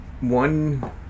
one